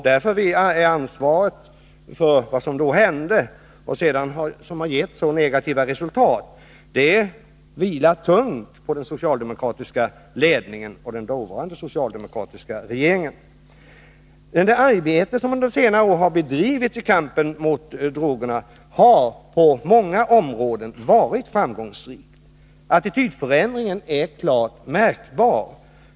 Därför vilar ansvaret för vad som hände och som sedan har gett så negativa resultat tungt på den socialdemokratiska ledningen och den dåvarande socialdemokratiska regeringen. Det arbete som under senare år har bedrivits i kampen mot drogerna har varit framgångsrikt på många områden. Attitydförändringen är klart märkbar.